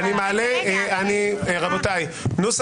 אתה יכול